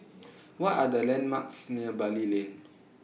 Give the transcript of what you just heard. What Are The landmarks near Bali Lane